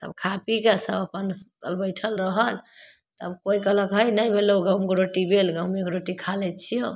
तब खा पीके सब अपन सुतल बैठल रहल तऽ कोइ कहलक हइ नहि भेलौ गहूमके रोटी बेल गऽ गहुमेके रोटी खा लै छिऔ